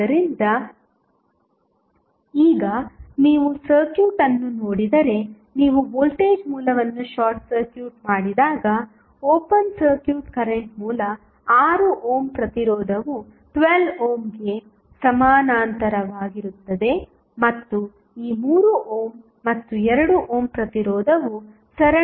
ಆದ್ದರಿಂದ ಈಗ ನೀವು ಸರ್ಕ್ಯೂಟ್ ಅನ್ನು ನೋಡಿದರೆ ನೀವು ವೋಲ್ಟೇಜ್ ಮೂಲವನ್ನು ಶಾರ್ಟ್ ಸರ್ಕ್ಯೂಟ್ ಮಾಡಿದಾಗ ಓಪನ್ ಸರ್ಕ್ಯೂಟ್ ಕರೆಂಟ್ ಮೂಲ 6 ಓಮ್ ಪ್ರತಿರೋಧವು 12 ಓಮ್ಗೆ ಸಮಾನಾಂತರವಾಗಿರುತ್ತದೆ ಮತ್ತು ಈ 3 ಓಮ್ ಮತ್ತು 2 ಓಮ್ ಪ್ರತಿರೋಧವು ಸರಣಿಯಲ್ಲಿರುತ್ತದೆ